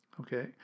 Okay